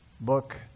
book